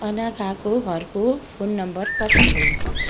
अनाघाको घरको phone number कति हो